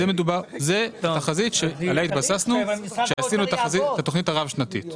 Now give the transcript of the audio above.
זאת תחזית שעליה התבססנו כשעשינו את התוכנית הרב-שנתית.